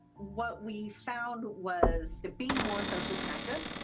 what we found was being more socially connected,